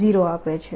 E00 આપે છે